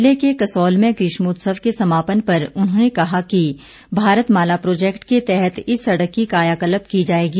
जिले के कसोल में ग्रीष्मोत्सव के समापन पर उन्होंने कहा कि भारतमाला प्रोजेक्ट के तहत इस सड़क की कायाकल्प की जाएगी